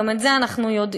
גם את זה אנחנו יודעים.